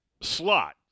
slot